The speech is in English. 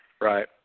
Right